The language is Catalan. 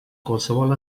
qualsevol